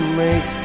make